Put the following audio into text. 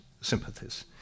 sympathies